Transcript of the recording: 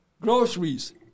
Groceries